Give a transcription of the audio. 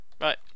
Right